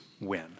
win